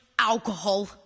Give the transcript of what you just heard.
Alcohol